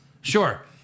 Sure